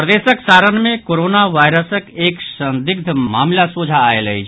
प्रदेशक सारण मे कोरोना वायरसक एक संदिग्ध मामिला सोझा आयल अछि